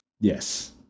Yes